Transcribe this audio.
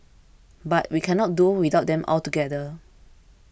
but we cannot do without them altogether